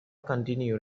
continued